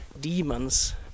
demons